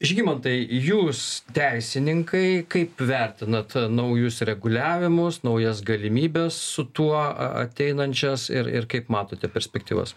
žygimantai jūs teisininkai kaip vertinat naujus reguliavimus naujas galimybes su tuo a ateinančias ir ir kaip matote perspektyvas